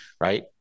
right